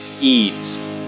Eads